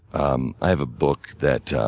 um i have a book that